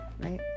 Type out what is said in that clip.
Right